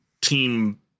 team